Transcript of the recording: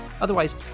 otherwise